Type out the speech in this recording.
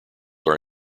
are